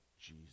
Jesus